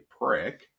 prick